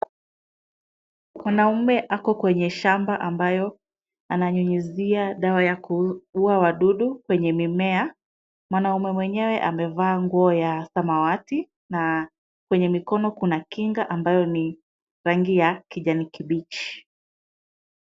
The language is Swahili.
Mwanaume ako kwenye shamba ambayo ananyunyuzia dawa ya kuua wadudu kwenye mimea. Mwanaume mwenyewe amevaa nguo ya samawati na kwenye mikono kuna kinga ambayo ni rangi ya kijani kibichi.